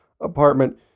apartment